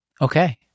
Okay